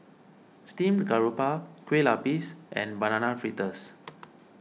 Steamed Garoupa Kueh Lupis and Banana Fritters